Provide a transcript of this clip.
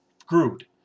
screwed